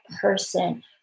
person